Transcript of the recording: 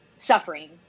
Suffering